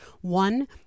One